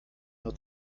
nur